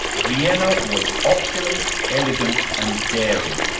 vienna was opulent, elegant and daring.